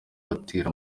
batera